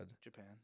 Japan